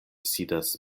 sidas